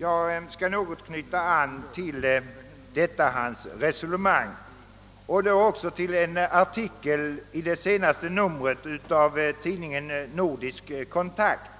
Jag skall något knyta an till detta hans resonemang och i detta sammanhang också till en artikel i det senaste numret av tidningen Nordisk Kontakt,